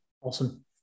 Awesome